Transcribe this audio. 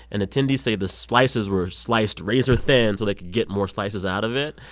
and attendees say the slices were sliced razor thin so they could get more slices out of it.